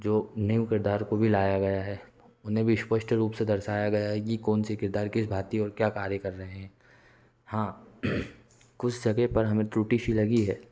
जो न्यू किरदार को भी लाया गया है उन्हें भी स्पष्टत रूप से दर्शाया गया है कि कौन सा किरदार किस भांति और क्या कार्य कर रहे हैं हाँ कुछ जगह पर हमें त्रुटि सी लगी है